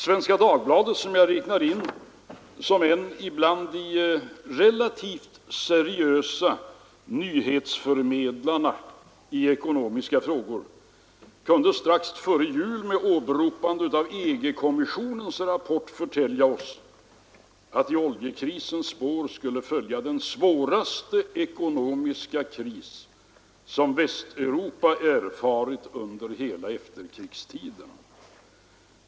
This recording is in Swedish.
Svenska Dagbladet, som jag räknar in bland de relativt seriösa nyhetsförmedlarna i ekonomiska frågor, kunde strax före jul med åberopande av EG kommissionens rapport förtälja oss att i oljekrisens spår skulle följa den svåraste ekonomiska kris som Västeuropa erfarit under hela efterkrigstiden.